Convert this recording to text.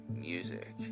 music